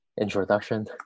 introduction